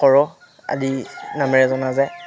সৰহ আদি নামেৰে জনা যায়